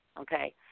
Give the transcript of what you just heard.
okay